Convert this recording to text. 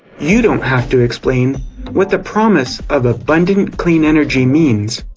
you don't have to explain what the promise of abundant, clean energy means.